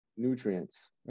Nutrients